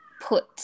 put